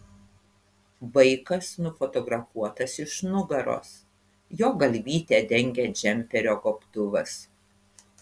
vaikas nufotografuotas iš nugaros jo galvytę dengia džemperio gobtuvas